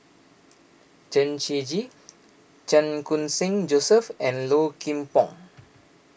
Chen Shiji Chan Khun Sing Joseph and Low Kim Pong